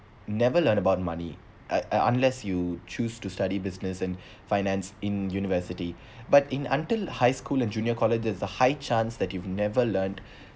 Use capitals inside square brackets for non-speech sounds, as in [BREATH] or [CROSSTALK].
never learn about the money un~ unless you choose to study business and [BREATH] finance in university [BREATH] but in until high school and junior college there's a high chance that you've never learned